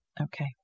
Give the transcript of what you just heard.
Okay